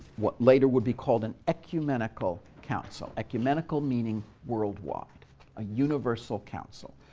what later would be called an ecumenical council ecumenical meaning worldwide a universal council,